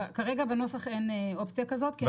כרגע בנוסח אין אופציה כזאת, כי אנחנו לא.